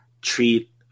treat